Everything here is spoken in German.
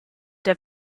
der